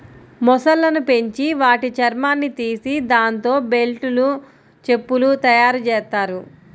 మొసళ్ళను పెంచి వాటి చర్మాన్ని తీసి దాంతో బెల్టులు, చెప్పులు తయ్యారుజెత్తారు